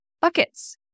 buckets